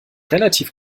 relativ